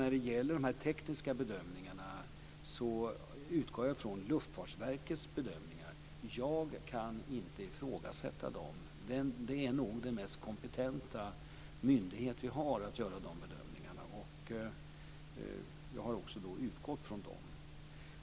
När det gäller de tekniska bedömningarna utgår jag från dem som Luftfartsverket har gjort. Jag kan inte ifrågasätta dem. Luftfartsverket är nog den mest kompetenta myndighet som vi har för att göra de bedömningarna. Jag har också utgått från dem.